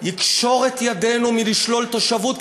יקשור את ידינו מלשלול תושבות,